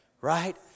right